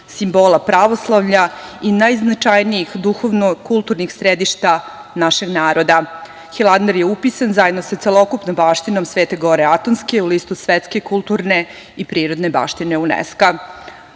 simbola pravoslavlja i najznačajnijih duhovno-kulturnih središta našeg naroda. Hilandar je upisan zajedno sa celokupnom baštinom Svete Gore Atonske u listu Svetske kulturne i prirodne baštine